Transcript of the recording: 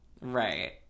Right